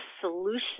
solution